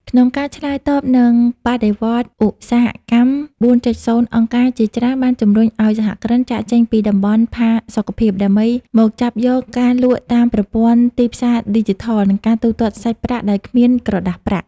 ក្នុងការឆ្លើយតបនឹងបដិវត្តន៍ឧស្សាហកម្ម ៤.០ អង្គការជាច្រើនបានជម្រុញឱ្យសហគ្រិនចាកចេញពីតំបន់ផាសុកភាព ដើម្បីមកចាប់យកការលក់តាមប្រព័ន្ធទីផ្សារឌីជីថល និងការទូទាត់សាច់ប្រាក់ដោយគ្មានក្រដាសប្រាក់។